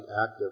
active